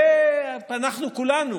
ואנחנו כולנו